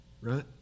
right